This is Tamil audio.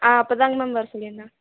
அப்போதாங்க மேம் வர சொல்லியிருந்தாங்க